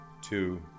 two